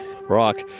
rock